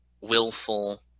willful